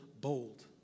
bold